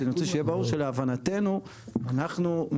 כי אני רוצה שיהיה ברור שלהבנתנו אנחנו מסתכלים